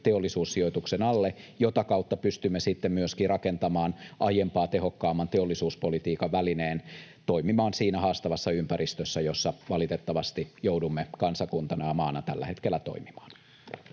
Teollisuussijoituksen alle, jota kautta pystymme sitten myöskin rakentamaan aiempaa tehokkaamman teollisuuspolitiikan välineen toimimaan siinä haastavassa ympäristössä, jossa valitettavasti joudumme kansakuntana ja maana tällä hetkellä toimimaan.